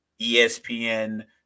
espn